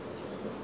no